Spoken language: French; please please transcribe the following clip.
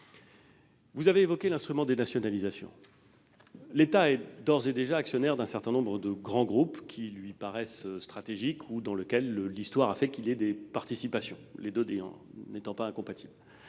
Vous avez évoqué l'instrument des nationalisations. L'État est d'ores et déjà actionnaire d'un certain nombre de grands groupes qui lui paraissent stratégiques ou pour des raisons historiques, les deux n'étant pas incompatibles.